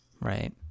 Right